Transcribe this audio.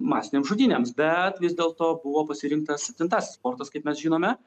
masinėms žudynėms bet vis dėlto buvo pasirinktas septintasis fortas kaip mes žinome